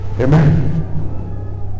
Amen